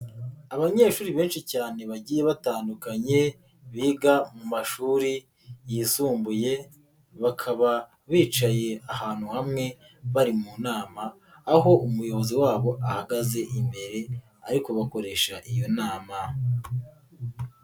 Abanyeshuri benshi cyane bagiye batandukanye biga mu mashuri yisumbuye, bakaba bicaye ahantu hamwe bari mu inama, aho umuyobozi wabo ahagaze imbere ariko bakoresha iyo nama.